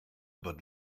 but